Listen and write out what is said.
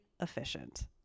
efficient